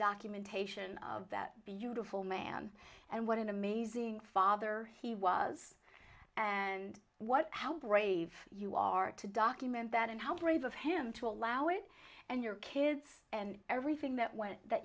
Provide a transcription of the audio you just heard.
documentation of that beautiful man and what an amazing father he was and what how brave you are to document that and how brave of him to allow it and your kids and everything that went that